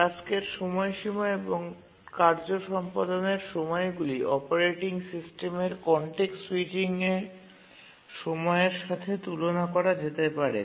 টাস্কের সময়সীমা এবং কার্য সম্পাদনের সময়গুলি অপারেটিং সিস্টেমের কনটেক্সট স্যুইচিং সময়ের সাথে তুলনা করা যেতে পারে